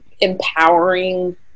empowering